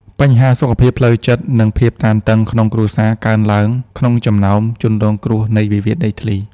បញ្ហាសុខភាពផ្លូវចិត្ត និងភាពតានតឹងក្នុងគ្រួសារកើនឡើង ក្នុងចំណោមជនរងគ្រោះនៃវិវាទដីធ្លី។